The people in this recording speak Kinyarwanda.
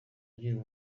agira